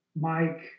Mike